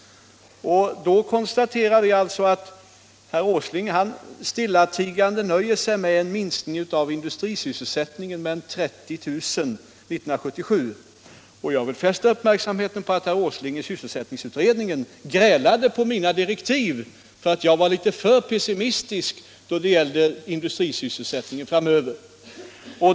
Vi konstaterar alltså att herr Åsling stillatigande nöjer sig med en minskning av industrisysselsättningen med 30 000 under år 1977. Jag vill fästa uppmärksamheten på att herr Åsling i sysselsättningsutredningen grälade om mina direktiv och ansåg att jag var litet för pessimistisk då det gällde industrisysselsättningen framöver.